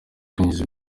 kwinjiza